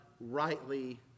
rightly